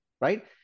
right